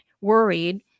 worried